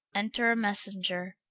enter a messenger.